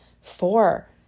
Four